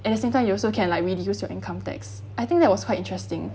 at the same time you also can like reduce your income tax I think that was quite interesting